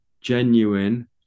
genuine